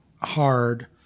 hard